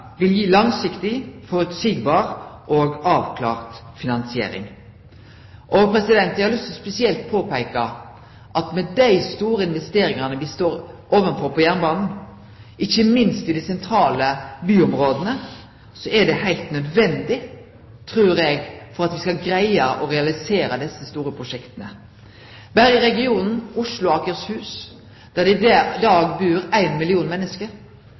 vil gi langsiktig, føreseieleg og avklart finansiering. Eg har spesielt lyst til å påpeike at dei store investeringane me står framføre på jernbanen, ikkje minst i dei sentrale byområda, er heilt nødvendige, trur eg, for at me skal greie å realisere desse store prosjekta. Berre i regionen Oslo–Akershus, der det i dag bur éin million menneske, vil det i 2030 bu halvannan millionar menneske.